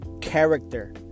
character